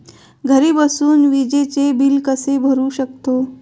घरी बसून विजेचे बिल कसे भरू शकतो?